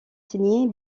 signés